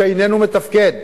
שאיננו מתפקד.